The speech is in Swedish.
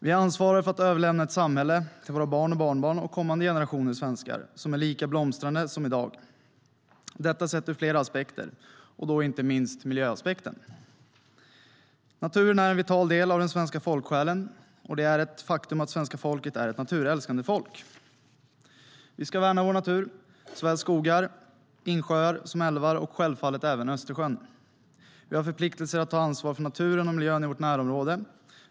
Vi ansvarar för att överlämna ett samhälle till våra barn och barnbarn och till kommande generationer svenskar som är lika blomstrande som i dag - detta sett ur flera aspekter, inte minst miljöaspekten. Naturen är en vital del av den svenska folksjälen, och det är ett faktum att svenskarna är ett naturälskande folk. Vi ska värna vår natur, såväl skogar, insjöar som älvar och självfallet även Östersjön. Vi har förpliktelser att ta ansvar för naturen och miljön i vårt närområde.